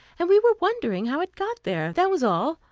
and we were wondering how it got there. that was all.